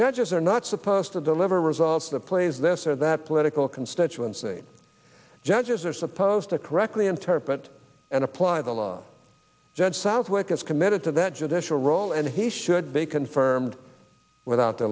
judges are not supposed to deliver results that plays this or that political constituency judges are supposed to correctly interpret and apply the law judge southwick is committed to that judicial role and he should be confirmed without